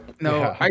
No